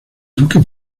duque